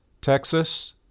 Texas